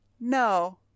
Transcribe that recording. no